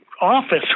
office